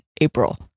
april